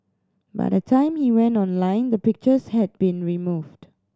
by the time he went online the pictures had been removed